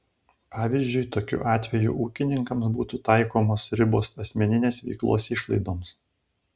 pavyzdžiui tokiu atveju ūkininkams būtų taikomos ribos asmeninės veiklos išlaidoms